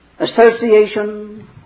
association